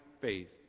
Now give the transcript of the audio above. faith